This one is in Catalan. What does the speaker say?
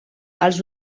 els